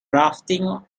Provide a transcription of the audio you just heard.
rafting